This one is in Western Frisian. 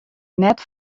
net